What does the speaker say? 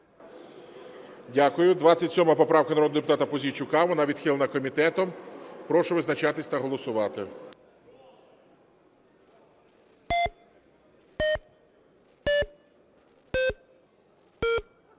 Дякую. 27 поправка народного депутата Пузійчука. Вона відхилена комітетом. Прошу визначатися та голосувати.